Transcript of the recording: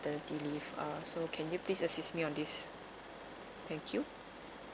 maternity leave uh so can you please assist me on this thank you